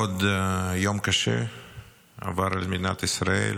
עוד יום קשה עבר על מדינת ישראל,